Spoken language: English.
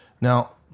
Now